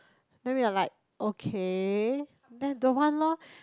then we are like okay then don't want lor